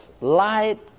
light